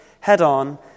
head-on